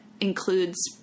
includes